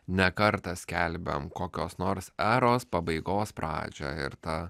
ne kartą skelbiam kokios nors eros pabaigos pradžią ir ta